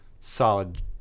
solid